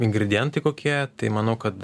ingredientai kokie tai manau kad